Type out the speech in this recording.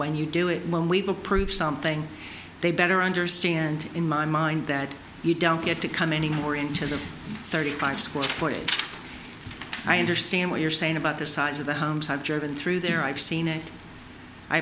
when you do it when we've approved something they better understand in my mind that you don't get to come anymore into the thirty five square foot i understand what you're saying about the size of the homes i've driven through there i've seen it i